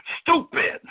Stupid